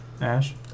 Ash